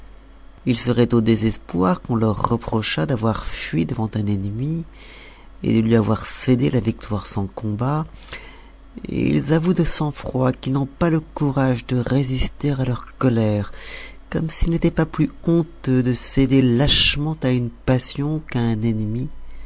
ils seraient au désespoir qu'on leur reprochât d'avoir fui devant un ennemi et de lui avoir cédé la victoire sans combat et ils avouent de sang-froid qu'ils n'ont pas le courage de résister à leur colère comme s'il n'était pas plus honteux de céder lâchement à une passion qu'à un ennemi